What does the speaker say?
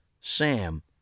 Sam